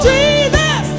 Jesus